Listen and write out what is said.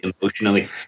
emotionally